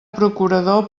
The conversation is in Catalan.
procurador